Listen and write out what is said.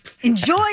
enjoy